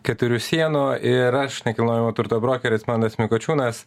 keturių sienų ir aš nekilnojamo turto brokeris mantas mikočiūnas